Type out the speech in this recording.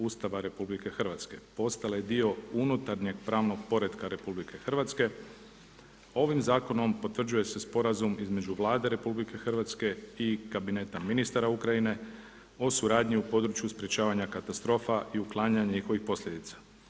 Ustava RH postale dio unutarnjeg pravnog poretka RH ovim zakonom potvrđuje se Sporazum između Vlade RH i Kabineta ministara Ukrajine o suradnji u području sprečavanja katastrofa i uklanjanja njihovih posljedica.